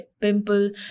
pimple